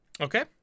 Okay